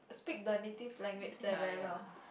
speak the native language there very well